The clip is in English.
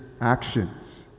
actions